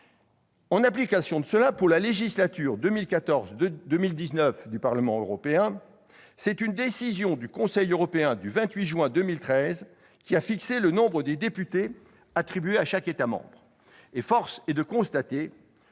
En application de cette disposition, pour la législature 2014-2019 du Parlement européen, c'est une décision du Conseil du 28 juin 2013 qui a fixé le nombre des députés attribués à chaque État membre.